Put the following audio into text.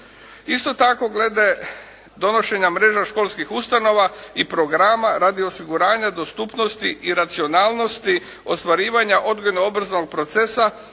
Isto tako glede donošenja mreža školskih ustanova i programa radi osiguranja dostupnosti i racionalnosti ostvarivanja odgojno-obrazovnog procesa